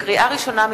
לקריאה ראשונה,